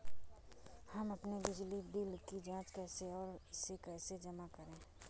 हम अपने बिजली बिल की जाँच कैसे और इसे कैसे जमा करें?